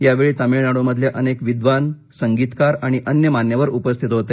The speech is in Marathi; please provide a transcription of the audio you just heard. यावेळी तामिळनाडूमधले अनेक विद्वान संगीतकार आणि अन्य मान्यवर उपस्थित होते